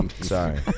Sorry